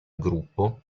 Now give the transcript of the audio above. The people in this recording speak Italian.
gruppo